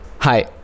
Hi